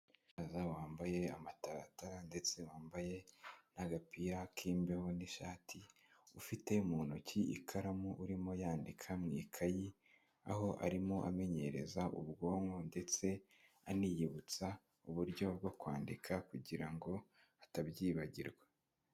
Umusaza wambaye amataratara ndetse wambaye n'agapira k'imbeho n'ishati ufite mu ntoki ikaramu urimo yandika mu ikayi aho arimo amenyereza ubwonko ndetse aniyibutsa uburyo bwo kwandika kugira ngo atabyibagirwa.